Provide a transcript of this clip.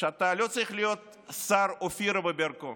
שאתה לא צריך להיות שר אופירה וברקו